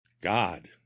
God